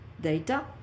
data